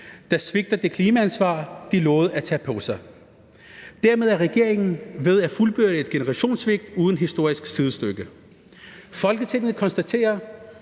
der svigter det klimaansvar, den lovede at tage på sig. Dermed er regeringen ved at fuldbyrde et generationssvigt uden historisk sidestykke. Folketinget konstaterer